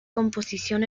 composición